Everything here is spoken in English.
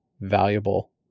valuable